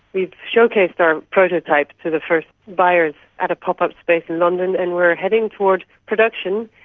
we've showcased our prototype to the first buyers at a pop-up space in london, and we are heading towards production,